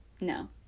no